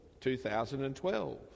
2012